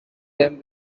them